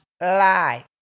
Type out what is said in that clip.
lie